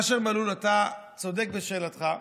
אשר מלול, אתה צודק בשאלתך.